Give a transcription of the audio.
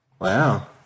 Wow